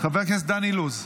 חבר הכנסת דן אילוז,